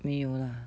没有啦